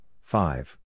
five